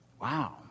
Wow